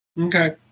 Okay